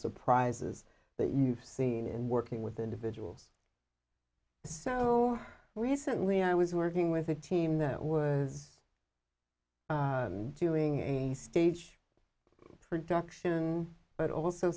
surprises that you've seen in working with individuals so recently i was working with a team that was doing a stage production but also